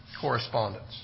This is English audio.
correspondence